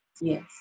Yes